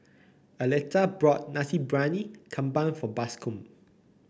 Arletta bought Nasi Briyani Kambing for Bascom